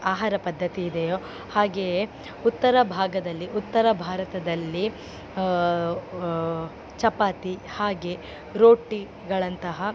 ಆಹಾರ ಪದ್ದತಿ ಇದೆಯೊ ಹಾಗೆಯೇ ಉತ್ತರ ಭಾಗದಲ್ಲಿ ಉತ್ತರ ಭಾರತದಲ್ಲಿ ಚಪಾತಿ ಹಾಗೇ ರೋಟಿಗಳಂತಹ